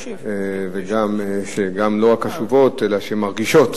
ולא רק קשובות אלא שמרגישות,